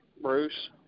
Bruce